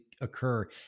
occur